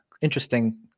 interesting